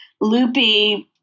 loopy